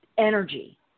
energy